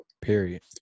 Period